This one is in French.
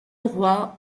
roi